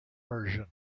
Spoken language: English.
version